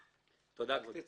תודה, כבודו.